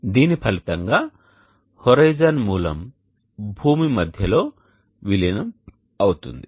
దీని ఫలితంగా హోరిజోన్ మూలం భూమి మధ్యలో విలీనం అవుతుంది